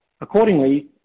Accordingly